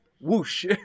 Whoosh